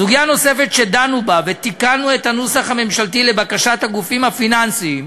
סוגיה נוספת שדנו בה ותיקנו את הנוסח הממשלתי לבקשת הגופים הפיננסיים,